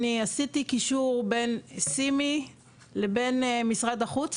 אני עשיתי קישור בין 'סימי' לבין משרד החוץ